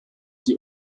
die